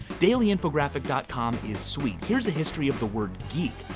dailyinfographic dot com is sweet. here's a history of the word geek.